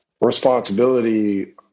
responsibility